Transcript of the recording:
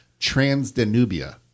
Transdanubia